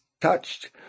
touched